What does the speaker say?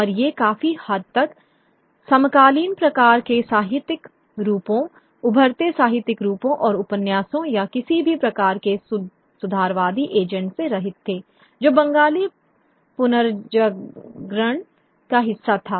और ये काफी हद तक समकालीन प्रकार के साहित्यिक रूपों उभरते साहित्यिक रूपों और उपन्यासों या किसी भी प्रकार के सुधारवादी एजेंडे से रहित थे जो बंगाली पुनर्जागरण का हिस्सा था